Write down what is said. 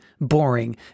boring